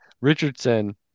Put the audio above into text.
Richardson